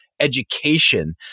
education